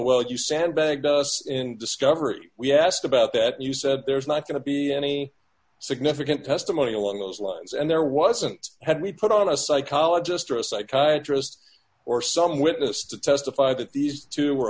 well you sandbagged us in discovery we asked about that you said there's not going to be any significant testimony along those lines and there wasn't had we put on a psychologist or a psychiatrist or some witness to testify that these two were